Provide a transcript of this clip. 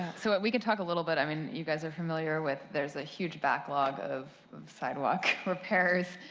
so we can talk a little bit. i mean you guys are familiar with there's a huge backlog of sidewalk repairs.